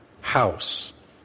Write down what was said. House